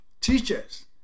teachers